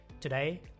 Today